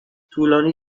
طولانی